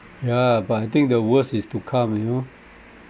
ya but I think the worst is to come you know